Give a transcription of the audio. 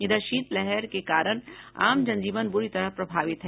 इधर शीतलहर के कारण आम जनजीवन ब्रूरी तरह प्रभावित है